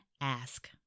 ask